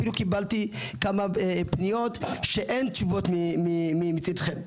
אפילו קיבלתי כמה פניות שאין תשובות מצדכם,